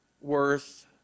worth